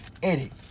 edit